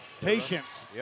Patience